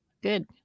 good